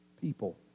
people